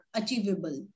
achievable